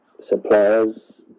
suppliers